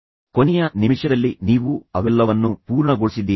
ಸರಿ ಕೊನೆಯ ನಿಮಿಷದಲ್ಲಿ ನೀವು ಅವೆಲ್ಲವನ್ನೂ ಪೂರ್ಣಗೊಳಿಸಿದ್ದೀರಿ